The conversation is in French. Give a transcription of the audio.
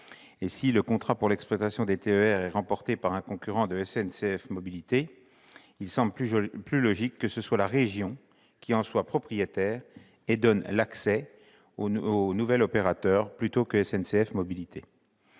et si le contrat d'exploitation des TER est remporté par un concurrent de SNCF Mobilités, il semble plus logique que ce soit la région qui en soit propriétaire et en assure l'accès au nouvel opérateur, plutôt que SNCF Mobilités.